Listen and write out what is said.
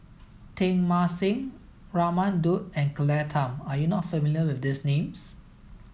Teng Mah Seng Raman Daud and Claire Tham are you not familiar with these names